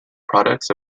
products